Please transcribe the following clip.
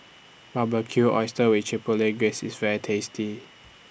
Barbecued Oysters with Chipotle Glaze IS very tasty